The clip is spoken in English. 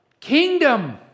kingdom